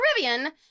Caribbean